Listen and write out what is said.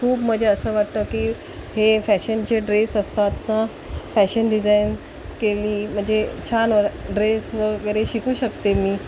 खूप म्हणजे असं वाटतं की हे फॅशनचे ड्रेस असतात ना फॅशन डिझायन केली म्हणजे छान ड्रेस वगैरे शिकू शकते मी